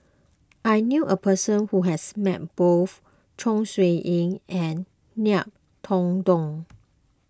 I knew a person who has met both Chong Siew Ying and Ngiam Tong Dow